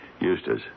Eustace